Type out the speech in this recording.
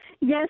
Yes